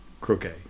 croquet